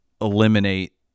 eliminate